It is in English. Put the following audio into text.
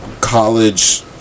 college